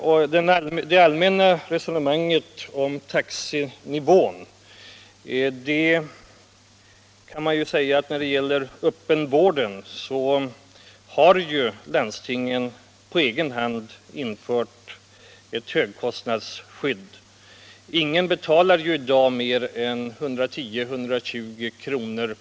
Beträffande det allmänna resonemanget om taxenivån kan man väl säga att landstingen när det gäller den öppna vården på egen hand har infört ett högkostnadsskydd. Ingen betalar i dag mer än 110-120 kr.